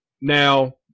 now